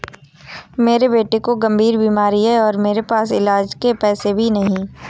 मेरे बेटे को गंभीर बीमारी है और मेरे पास इलाज के पैसे भी नहीं